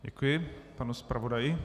Děkuji panu zpravodaji.